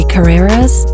Carreras